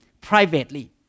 privately